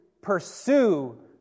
pursue